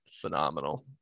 phenomenal